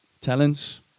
talents